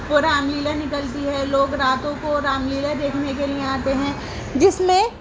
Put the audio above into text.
وہ رام لیلا نکلتی ہے لوگ راتوں کو رام لیلا دیکھنے کے لیے آتے ہیں جس میں